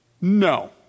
No